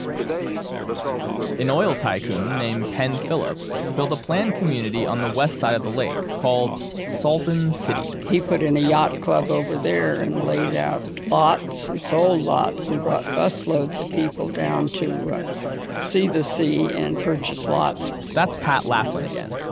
today, the salton group, an oil tycoon named penn phillips, built a plan community on the west side of the lake, called salton city he put in a yacht club over there and laid out lots and sold lots, and brought busloads of people down to see the sea and purchase lots that's pat laflin again.